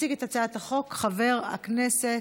יציג את הצעת החוק חבר הכנסת